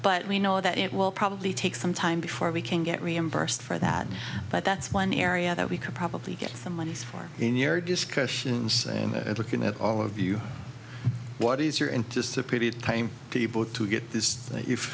but we know that it will probably take some time before we can get reimbursed for that but that's one area that we could probably get some monies for in your discussions and looking at all of you what is your and just a pretty tame people to get this